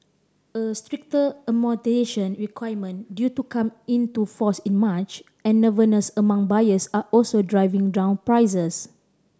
a stricter amortisation requirement due to come into force in March and nervousness among buyers are also driving down prices